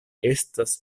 estas